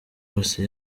wose